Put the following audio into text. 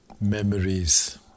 Memories